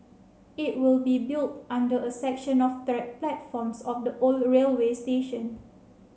it will be built under a section of track platforms of the old railway station